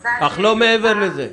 אומרת --- אך לא מעבר לזה.